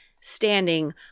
standing